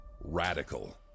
radical